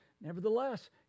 Nevertheless